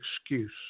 excuse